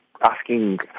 asking